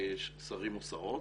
שרים, שרים או שרות,